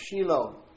Shiloh